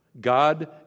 God